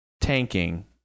tanking